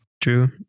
True